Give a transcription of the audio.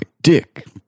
dick